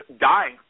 dying